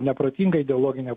neprotinga ideologinė